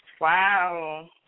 Wow